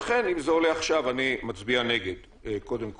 לכן, אם זה עולה עכשיו, אני מצביע נגד, קודם כול.